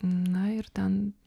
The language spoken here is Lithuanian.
na ir ten